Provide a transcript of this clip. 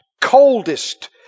coldest